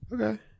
Okay